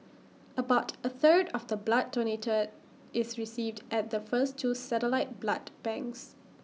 about A third of the blood donated is received at the first two satellite blood banks